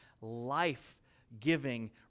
life-giving